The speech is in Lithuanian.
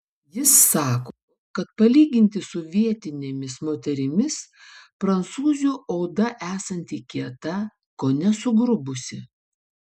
jis sako kad palyginti su vietinėmis moterimis prancūzių oda esanti kieta kone sugrubusi